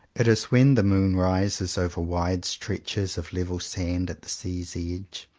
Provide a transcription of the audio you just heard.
it is when the moon rises over wide stretches of level sand at the sea's edge,